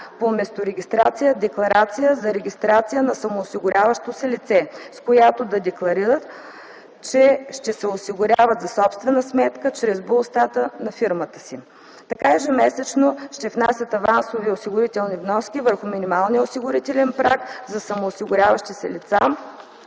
по месторегистрация декларация за регистрация на самоосигуряващо се лице, с която да декларират, че ще се осигуряват за собствена сметка чрез БУЛСТАТ на фирмата си. Така ежемесечно ще внасят авансови осигурителни вноски върху минималния осигурителен праг за самоосигуряващи се лица,